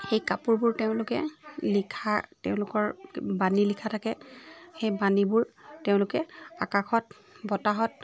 সেই কাপোৰবোৰ তেওঁলোকে লিখা তেওঁলোকৰ বাণী লিখা থাকে সেই বাণীবোৰ তেওঁলোকে আকাশত বতাহত